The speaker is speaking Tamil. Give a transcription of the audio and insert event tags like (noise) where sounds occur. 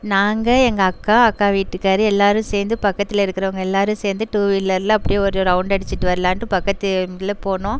நாங்கள் எங்கள் அக்கா அக்கா வீட்டுக்காரரு எல்லோரும் சேர்ந்து பக்கத்தில் இருக்கிறவங்க எல்லோரும் சேர்ந்து டூவீலரில் அப்படியே ஒரு ரௌண்டு அடிச்சுட்டு வரலான்ட்டு பக்கத்து (unintelligible) இதில் போனோம்